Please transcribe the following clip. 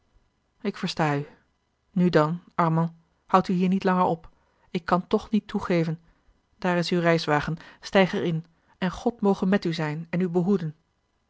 ik versta u nu dan armand houd u hier niet langer op ik kan toch niet toegeven daar is uw reiswagen stijg er in en god moge met u zijn en u behoeden